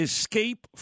Escape